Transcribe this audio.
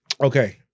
Okay